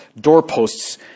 doorposts